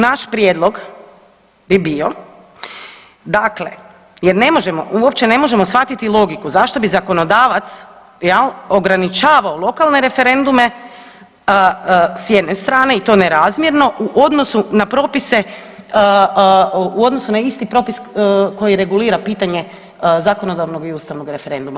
Naš prijedlog bi bio dakle jer ne možemo, uopće ne možemo shvatiti logiku zašto bi zakonodavac jel ograničavao lokalne referendume s jedne strane i to nerazmjerno u odnosu na propise, u odnosu na isti propis koji regulira pitanje zakonodavnog i ustavnog referenduma.